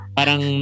parang